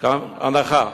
הנחה.